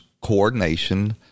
coordination